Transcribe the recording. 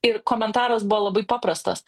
ir komentaras buvo labai paprastas